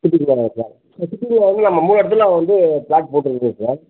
சிட்டிக்குள்ளார தானா sir city குள்ளே உள்ள மூணு இடத்துல வந்து ப்ளாட் போட்டிருக்குதுங்க சார்